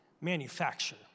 manufacture